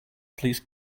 please